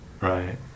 Right